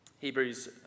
Hebrews